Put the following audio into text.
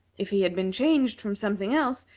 if he had been changed from something else,